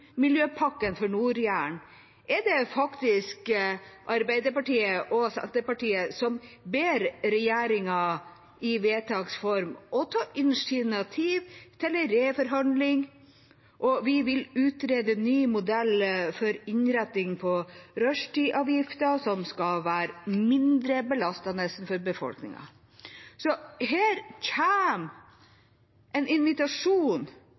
for Nord-Jæren er det faktisk Arbeiderpartiet og Senterpartiet som i vedtaks form ber regjeringa om å ta initiativ til en reforhandling, og vi vil «utrede en ny modell for innretning på rushtidsavgiften som vil være mindre belastende for befolkningen». Her